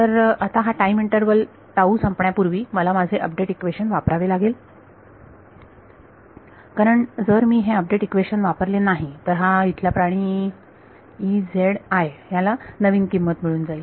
तर आता हा टाईम इंटरवल संपण्यापूर्वी मला माझे अपडेट इक्वेशन वापरावे लागेल कारण जर मी हे अपडेट इक्वेशन वापरले नाही तर हा इथला प्राणी याला नवीन किंमत मिळून जाईल